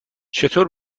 چطور